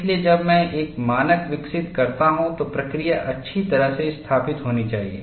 इसलिए जब मैं एक मानक विकसित करता हूं तो प्रक्रिया अच्छी तरह से स्थापित होनी चाहिए